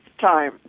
time